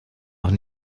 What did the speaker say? auch